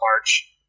March